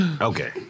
Okay